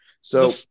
So-